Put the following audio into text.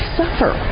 suffer